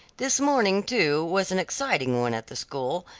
this morning, too, was an exciting one at the school,